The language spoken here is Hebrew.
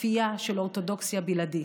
כפייה של אורתודוקסיה בלעדית.